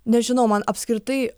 nežinau man apskritai